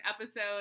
episode